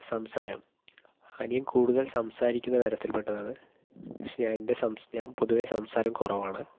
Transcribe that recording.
സംസാരം അനിയൻ കൂടുതൽ സംസാരിക്കുന്ന തരത്തിൽപ്പെട്ടതാണ് പക്ഷേ ഞാൻ എൻ്റെ ഞാൻ പൊതുവേ സംസാരം കുറവാണ്